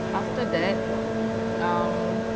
after that um